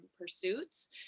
pursuits